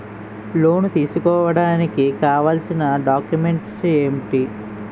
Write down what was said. Loan తీసుకోడానికి కావాల్సిన documents ఎంటి?